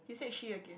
you said she again